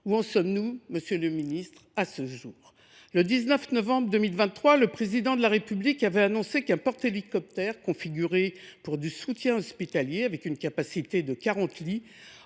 Où en sommes nous à ce jour ? Le 19 novembre 2023, le Président de la République avait annoncé qu’un porte hélicoptères configuré pour du soutien hospitalier, avec une capacité de quarante